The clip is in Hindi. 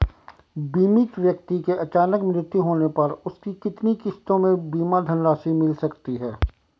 बीमित व्यक्ति के अचानक मृत्यु होने पर उसकी कितनी किश्तों में बीमा धनराशि मिल सकती है?